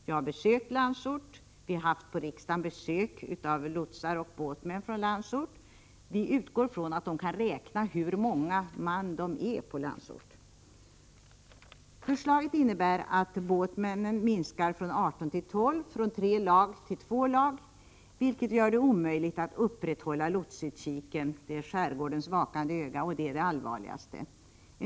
Jag har besökt Landsort, och vi har i riksdagen haft besök av lotsar och båtsmän från Landsort, och vi utgår från att de kan räkna hur många man som finns på Landsort. Förslaget innebär att antalet båtsmän minskar från 18 till 12, och från tre till två lag, vilket gör det omöjligt att Prot. 1986/87:105 upprätthålla lotsutkiken — skärgårdens vakande öga - vilket är det allvarligas 9 april 1987 te.